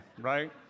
right